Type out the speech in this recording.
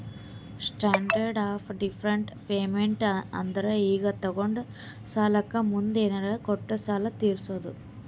standard of deferred payment ಅಂದುರ್ ಈಗ ತೊಗೊಂಡ ಸಾಲಕ್ಕ ಮುಂದ್ ಏನರೇ ಕೊಟ್ಟು ಸಾಲ ತೀರ್ಸೋದು